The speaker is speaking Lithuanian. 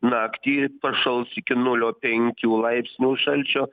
naktį pašals iki nulio penkių laipsnių šalčio